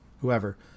whoever